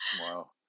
Wow